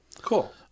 cool